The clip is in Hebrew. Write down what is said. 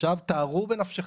עכשיו, תארו בנפשכם: